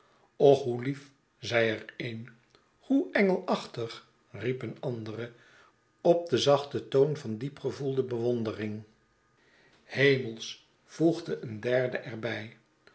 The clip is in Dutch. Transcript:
och hoe lief zei er een hoe engelachtig i riep een andere op den zachten toon van diep gevoelde bewondering hemelsch voegde een derde er